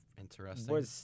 interesting